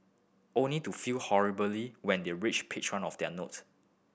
only to fail horribly when they reach page one of their note